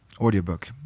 audiobook